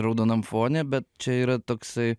raudonam fone bet čia yra toksai